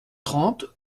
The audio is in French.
trente